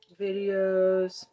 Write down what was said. Videos